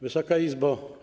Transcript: Wysoka Izbo!